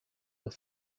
that